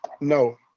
No